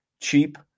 cheap